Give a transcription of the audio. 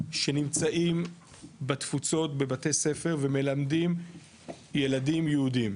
שנמצאים בתפוצות בבתי ספר ומלמדים ילדים יהודים.